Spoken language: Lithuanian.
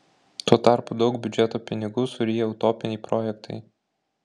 tuo tarpu daug biudžeto pinigų suryja utopiniai projektai